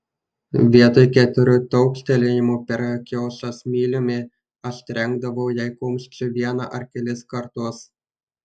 vietoj keturių taukštelėjimų per kiaušą smiliumi aš trenkdavau jai kumščiu vieną ar kelis kartus